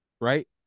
right